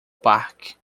parque